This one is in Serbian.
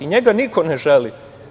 Njega niko ne želi.